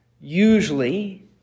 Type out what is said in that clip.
usually